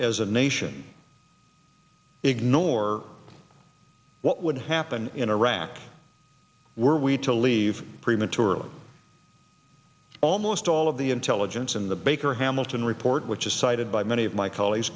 as a nation ignore what would happen in iraq were we to leave prematurely almost all of the intelligence in the baker hamilton report which is cited by many of my colleagues